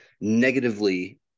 negatively